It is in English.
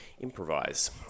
improvise